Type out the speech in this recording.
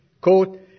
Quote